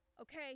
Okay